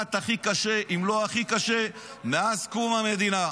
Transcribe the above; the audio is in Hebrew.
כמעט הכי קשה, אם לא הכי קשה, מאז קום המדינה.